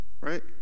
Right